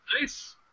Nice